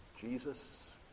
Jesus